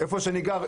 איפה שאני גר,